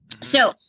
So-